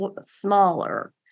smaller